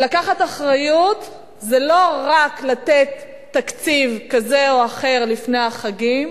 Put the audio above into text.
לקחת אחריות זה לא רק לתת תקציב כזה או אחר לפני החגים,